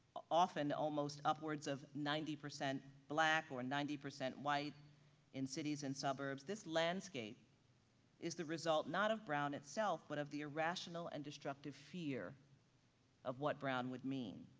often almost upwards of ninety percent black or ninety percent white in cities and suburbs, this landscape is the result, not of brown itself, but of the irrational and destructive fear of what brown would mean.